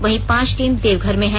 वहीं पांच टीम देवघर में हैं